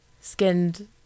skinned